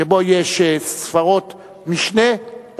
שבו יש ספרות משנה,